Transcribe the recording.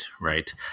right